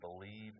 believe